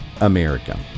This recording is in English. America